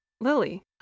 Lily